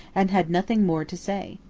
and had nothing more to say.